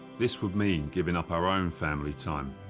this would mean giving up our own family time,